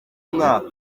mwaka